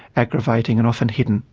aggravating, and often hidden.